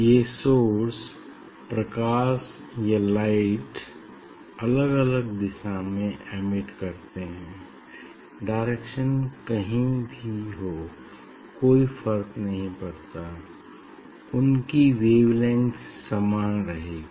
ये सोर्स प्रकाश या लाइट अलग अलग दिशा में एमिट करते हैं डायरेक्शन कहीं भी हो कोई फर्क नहीं पड़ता उनकी वेवलेंथ समान रहेगी